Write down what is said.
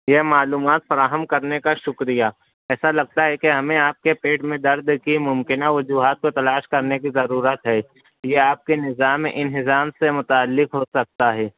یہ معلومات فراہم کرنے کا شکریہ ایسا لگتا ہے کہ ہمیں آپ کے پیٹ میں درد کی ممکنہ وجوہات کو تلاش کرنے کی ضرورت ہے یہ آپ کے نظام انہضام سے متعلق ہو سکتا ہے